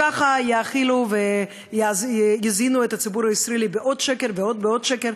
כך יאכילו ויזינו את הציבור הישראלי בעוד שקר ובעוד שקר,